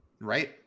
Right